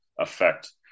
affect